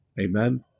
Amen